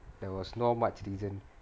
there was not much reason